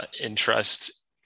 interest